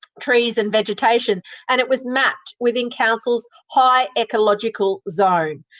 trees and vegetation and it was mapped within council's high ecological zone.